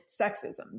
sexism